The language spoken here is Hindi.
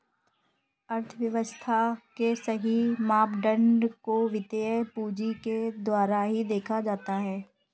अर्थव्यव्स्था के सही मापदंड को वित्तीय पूंजी के द्वारा ही देखा जाता है